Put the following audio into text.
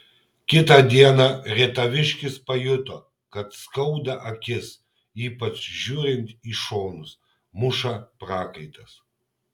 kitą dieną rietaviškis pajuto kad skauda akis ypač žiūrint į šonus muša prakaitas